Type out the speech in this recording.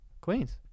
Queens